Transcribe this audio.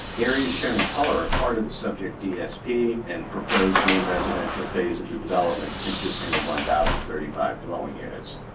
areas shown in color are part of the subject dsp and proposed main residential phase of the development consisting of one thousand and thirty five dwelling units.